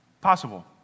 Possible